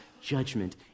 judgment